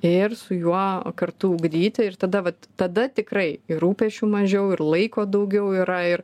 ir su juo kartu ugdyti ir tada vat tada tikrai ir rūpesčių mažiau ir laiko daugiau yra ir